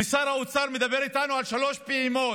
ושר האוצר מדבר איתנו על שלוש פעימות.